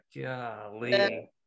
Golly